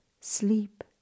sleep